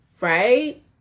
right